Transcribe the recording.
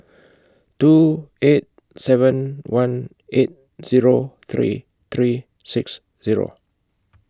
two eight seven one eight Zero three three six Zero